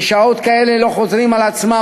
כי שעות כאלה לא חוזרות על עצמן.